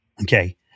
Okay